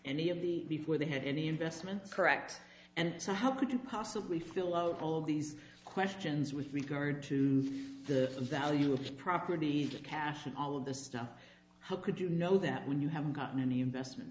any of the before they had any investments correct and so how could you possibly fill out all of these questions with regard to the value of properties of cash and all of the stuff how could you know that when you have gotten any investments